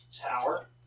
tower